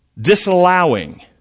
disallowing